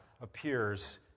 appears